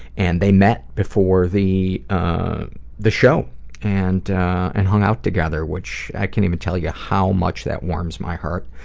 and they met before the the show and and hung out together which i can't even tell you how much that warms my heart.